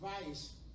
advice